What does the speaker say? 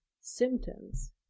symptoms